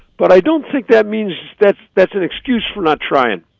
but i don't think that means that's that's an excuse for not trying.